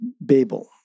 Babel